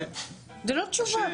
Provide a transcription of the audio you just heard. זו לא תשובה.